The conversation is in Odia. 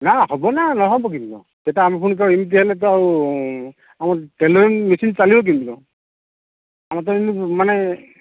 ନା ହବନା ନହେବ କେମିତି କ'ଣ ସେଇଟା ଆମେ ପୁଣି ତ ଏମିତି ହେଲେ ତ ଆଉ ଆମର ଟେଲରିଂ ମେସିନ୍ ଚାଲିବ କେମିତି କ'ଣ ଆମର ତ ଏମିତି ମାନେ